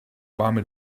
warme